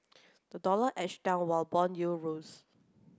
the dollar edged down while bond yields rose